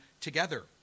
together